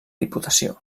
diputació